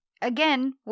again